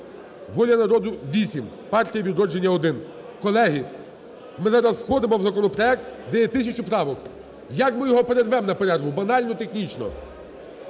"Воля народу" – 8, "Партія "Відродження" – 1. Колеги, ми зараз входимо в законопроект, де є тисяча правок. Як ми його перервемо на перерву, банально технічно?